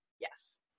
Yes